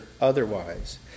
otherwise